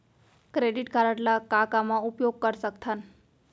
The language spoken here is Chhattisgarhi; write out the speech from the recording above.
क्रेडिट कारड ला का का मा उपयोग कर सकथन?